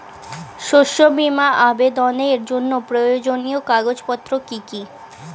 শস্য বীমা আবেদনের জন্য প্রয়োজনীয় কাগজপত্র কি কি?